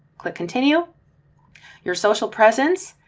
click continue your social presence,